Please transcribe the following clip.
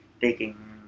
taking